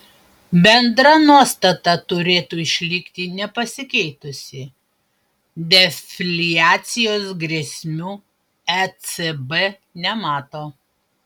bendra nuostata turėtų išlikti nepasikeitusi defliacijos grėsmių ecb nemato